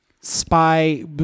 spy